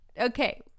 Okay